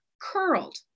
curled